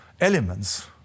elements